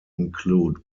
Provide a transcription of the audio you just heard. include